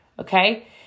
okay